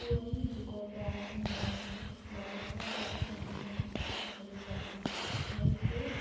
পুৰণি যুগৰ পৰা এটা নিয়ম আছে ল'ৰা ঘৰৰ পৰা ছোৱালীজনী চাবলৈ যোৱা হয় আৰু সেই